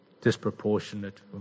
disproportionate